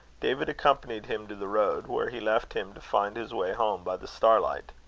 david accompanied him to the road, where he left him to find his way home by the star-light.